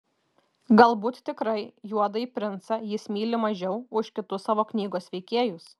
galbūt tikrai juodąjį princą jis myli labiau už kitus savo knygos veikėjus